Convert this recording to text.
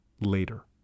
later